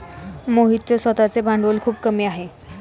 मोहितचे स्वतःचे भांडवल खूप कमी आहे